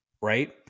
right